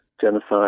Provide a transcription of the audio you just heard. genocide